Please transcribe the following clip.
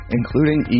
including